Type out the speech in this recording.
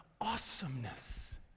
awesomeness